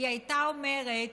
היא הייתה אומרת: